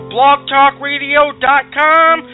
BlogTalkRadio.com